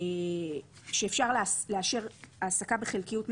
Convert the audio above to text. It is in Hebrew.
שאפשר לאשר העסקה בחלקיות משרה,